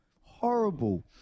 horrible